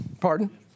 Pardon